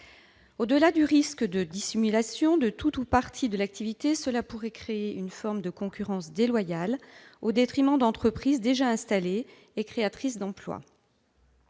Au-delà du risque de dissimulation de tout ou partie de l'activité, cet article pourrait créer une forme de concurrence déloyale au détriment d'entreprises déjà installées et créatrices d'emplois.